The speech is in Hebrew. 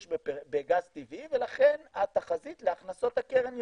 בגז טבעי ולכן התחזית להכנסות הקרן יורדת.